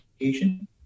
education